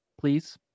please